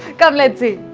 come, let's see!